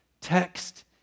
text